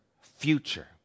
future